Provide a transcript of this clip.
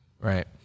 right